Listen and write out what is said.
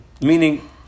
meaning